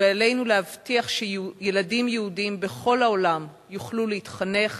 ועלינו להבטיח שילדים יהודים בכל העולם יוכלו להתחנך